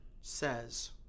says